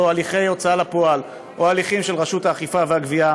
הליכי הוצאה לפועל או הליכים של רשות האכיפה והגבייה